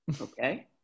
okay